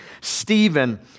Stephen